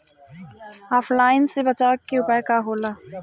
ऑफलाइनसे बचाव के उपाय का होला?